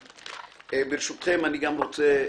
ברשותכם, אני גם רוצה,